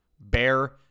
bear